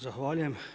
Zahvaljujem.